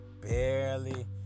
Barely